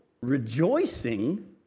rejoicing